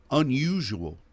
unusual